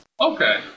Okay